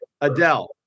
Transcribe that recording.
Adele